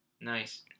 Nice